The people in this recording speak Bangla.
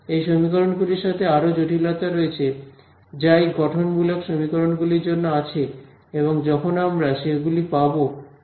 এই সমীকরণগুলির সাথে আরও জটিলতা রয়েছে যা এই গঠনমূলক সমীকরণগুলির জন্য আছে এবং যখন আমরা সেগুলি পাব তখন বলব